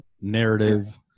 narrative